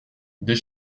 des